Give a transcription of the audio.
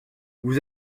vous